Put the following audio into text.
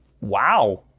Wow